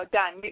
done